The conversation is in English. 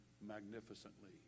magnificently